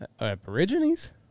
Aborigines